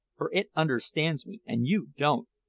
for it understands me, and you don't.